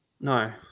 no